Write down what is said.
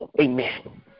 Amen